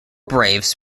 braves